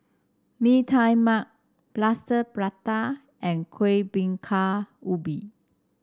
Mee Tai Mak Plaster Prata and Kueh Bingka Ubi